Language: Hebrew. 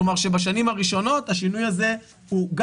כלומר שבשנים הראשונות השינוי הזה הוא,